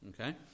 Okay